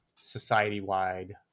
society-wide